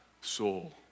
soul